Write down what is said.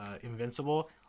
Invincible